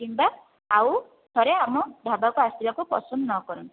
କିମ୍ବା ଆଉ ଥରେ ଆମ ଢାବାକୁ ଆସିବାକୁ ପସନ୍ଦ ନ କରନ୍ତୁ